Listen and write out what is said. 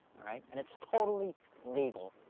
all right, and it's totally legal.